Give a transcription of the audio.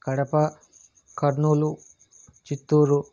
Kadapa Kurnool Chittoor